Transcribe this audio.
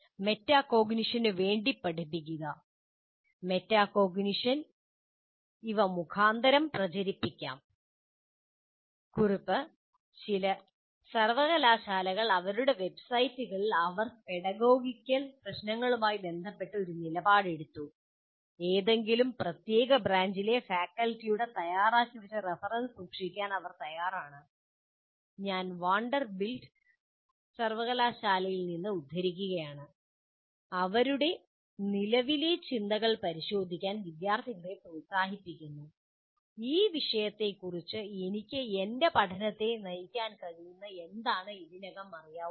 മെറ്റാകോഗ്നിഷനു വേണ്ടി പഠിപ്പിക്കുക മെറ്റാകോഗ്നിഷൻ ഇവ മുഖാന്തരം പ്രചരിപ്പിക്കാം കുറിപ്പ് ചില സർവകലാശാലകൾ അവരുടെ വെബ്സൈറ്റുകളിൽ അവർ പെഡഗോഗിക്കൽ പ്രശ്നങ്ങളുമായി ബന്ധപ്പെട്ട് ഒരു നിലപാട് എടുത്തു ഏതെങ്കിലും പ്രത്യേക ബ്രാഞ്ചിലെ ഫാക്കൽറ്റിയുടെ തയ്യാറാക്കിവെച്ച റഫറൻസ് സൂക്ഷിക്കാൻ അവർ തയ്യാറാണ് ഞാൻ വാണ്ടർബിൽറ്റ് സർവകലാശാലയിൽ നിന്ന് ഉദ്ധരിക്കുകയാണ് അവരുടെ നിലവിലെ ചിന്തകൾ പരിശോധിക്കാൻ വിദ്യാർത്ഥികളെ പ്രോത്സാഹിപ്പിക്കുന്നു ഈ വിഷയത്തെക്കുറിച്ച് എനിക്ക് എന്റെ പഠനത്തെ നയിക്കാൻ കഴിയുന്ന എന്താണ് ഇതിനകം അറിയാവുന്നത്